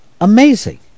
amazing